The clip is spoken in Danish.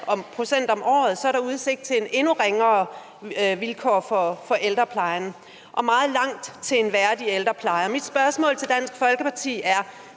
0,3 pct. om året er der udsigt til endnu ringere vilkår i ældreplejen. Og der er meget langt til en værdig ældrepleje. Mit spørgsmål til Dansk Folkeparti er: